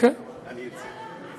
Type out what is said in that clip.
אני ארצה.